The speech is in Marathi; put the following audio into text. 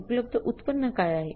उपलब्ध उत्पन्न काय आहे